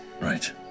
Right